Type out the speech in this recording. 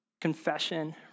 confession